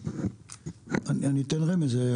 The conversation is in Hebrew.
אני אתן רמז,